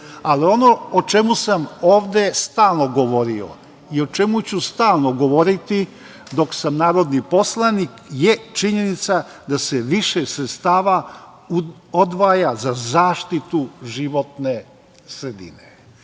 Ali, ono o čemu sam ovde stalno govorio i o čemu ću stalno govoriti dok sam narodni poslanik, jeste činjenica da se više sredstava odvaja za zaštitu životne sredine.